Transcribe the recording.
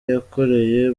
yakoreye